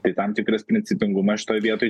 tai tam tikras principingumas šitoj vietoj